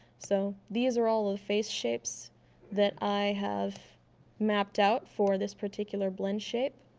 so these are all the face shapes that i have mapped out for this particular blend shape